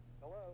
Hello